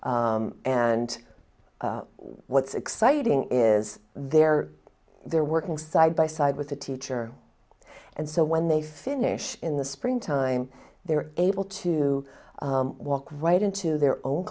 and what's exciting is they're they're working side by side with the teacher and so when they finish in the spring time they are able to walk right into their own